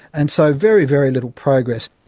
and so very, very little progress.